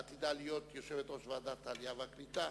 העתידה להיות יושבת-ראש ועדת העלייה והקליטה,